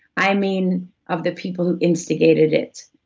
i mean of the people who instigated it,